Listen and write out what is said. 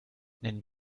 nennen